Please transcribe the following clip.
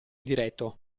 diretto